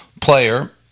player